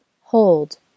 Hold